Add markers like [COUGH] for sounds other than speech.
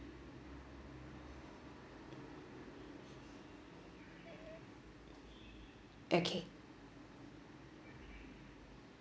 [NOISE] okay